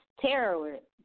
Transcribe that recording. terrorists